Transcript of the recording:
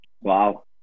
Wow